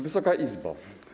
Wysoka Izbo!